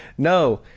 no,